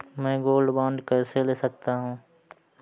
मैं gold bond कैसे ले सकता हूँ?